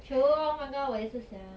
刚刚我也是想